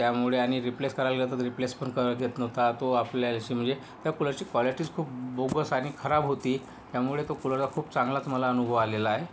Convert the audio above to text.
त्यामुळे आणि रिप्लेस करायला गेलं तर रिप्लेस पण करू देत नव्हता तो आपल्या हेची म्हणजे त्या कूलरची क्वालिटीच खूप बोगस आणि खराब होती त्यामुळे तो कूलरचा खूप चांगलाच मला अनुभव आलेला आहे